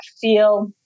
feel